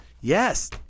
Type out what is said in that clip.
Yes